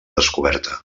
descoberta